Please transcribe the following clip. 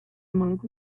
monk